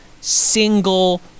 single